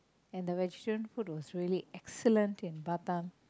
and the vegetarian food was really excellent in Batam